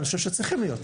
אני חושב שצריכים להיות.